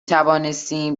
توانستیم